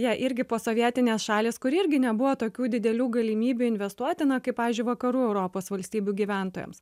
jie irgi posovietinės šalys kuri irgi nebuvo tokių didelių galimybių investuoti na kaip pavyzdžiui vakarų europos valstybių gyventojams